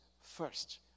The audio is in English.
first